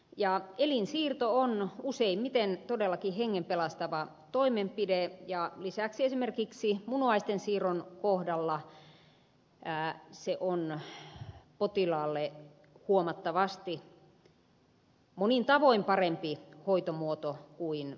elinsiirto on useimmiten todellakin hengen pelastava toimenpide ja lisäksi esimerkiksi munuaisten siirron kohdalla se on potilaalle huomattavasti monin tavoin parempi hoitomuoto kuin munuaisdialyysi